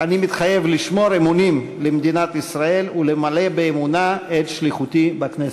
"אני מתחייב לשמור אמונים למדינת ישראל ולמלא באמונה את שליחותי בכנסת".